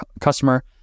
customer